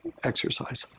exercise.